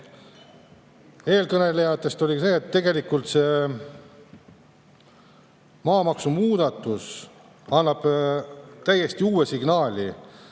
Eelkõneleja [ütles], et tegelikult maamaksu muudatus annab täiesti uue signaali: